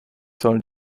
sollen